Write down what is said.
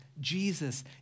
Jesus